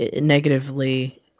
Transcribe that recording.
negatively